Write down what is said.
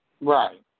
Right